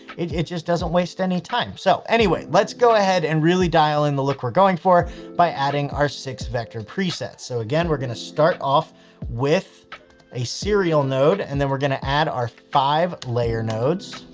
it, it just doesn't waste any time. so anyway, let's go ahead and really dial in the look we're going for by adding our six vector presets. so again, we're going to start off with a serial node and then we're going to add our five layer nodes,